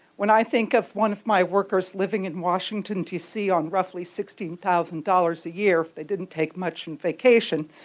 when i think of one of my workers living in washington, d. c, on roughly sixteen thousand dollars a year, they didn't take much in vacation,